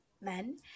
men